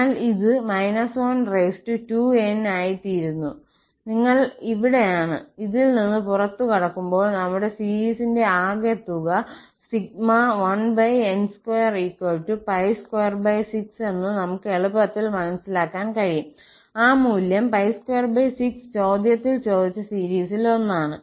അതിനാൽ ഇത് 12n ആയിത്തീരുന്നു നിങ്ങൾ ഇവിടെയാണ് ഇതിൽ നിന്ന് പുറത്തുകടക്കുമ്പോൾ നമ്മുടെ സീരിസിന്റെ ആകെത്തുക 1n226 എന്ന് നമുക്ക് എളുപ്പത്തിൽ മനസ്സിലാക്കാൻ കഴിയും ആ മൂല്യം 26 ചോദ്യത്തിൽ ചോദിച്ച സീരിസിൽ ഒന്നാണ്